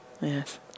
yes